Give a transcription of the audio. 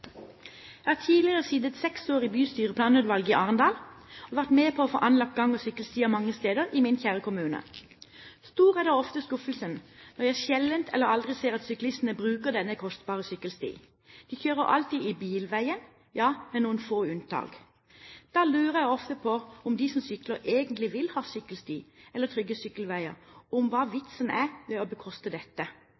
Jeg har tidligere sittet seks år i bystyret, i planutvalget i Arendal, og vært med på å få anlagt gang- og sykkelstier mange steder i min kjære kommune. Stor er ofte skuffelsen når jeg sjelden eller aldri ser at syklistene bruker denne kostbare sykkelstien. De kjører alltid i bilveien – med noen få unntak. Da lurer jeg ofte på om de som sykler, egentlig vil ha sykkelsti og trygge sykkelveier, og om